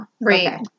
Right